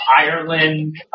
Ireland